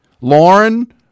Lauren